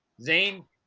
Zane